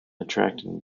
attracting